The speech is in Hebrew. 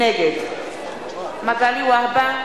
נגד מגלי והבה,